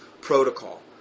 protocol